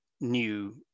new